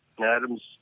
Adam's